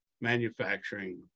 manufacturing